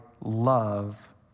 love